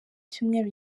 cyumweru